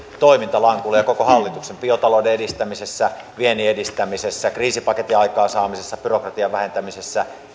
toiminta lankulle biotalouden edistämisessä viennin edistämisessä kriisipaketin aikaansaamisessa byrokratian vähentämisessä ja